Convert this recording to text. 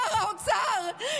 שר האוצר,